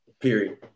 period